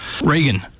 Reagan